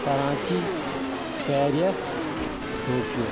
Karachi Paris Tokyo